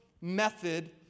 method